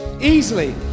easily